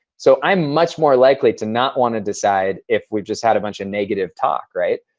so, i'm much more likely to not wanna decide if we just had a bunch of negative talk, right?